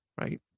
right